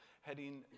heading